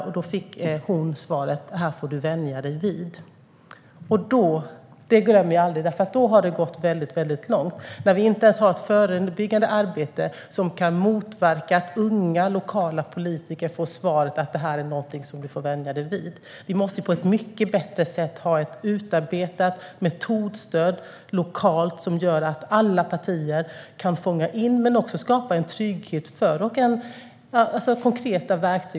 Hon fick då svaret: Det här får du vänja dig vid. Det glömmer jag aldrig, för då har det gått väldigt långt. När vi inte ens har ett förebyggande arbete som kan motverka att unga lokala politiker får svaret att detta är någonting du får vänja dig vid har det gått för långt. Vi måste på ett mycket bättre sätt ha ett utarbetat metodstöd lokalt som gör att alla partier kan fånga in detta men också skapa en trygghet och konkreta verktyg.